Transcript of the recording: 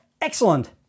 Excellent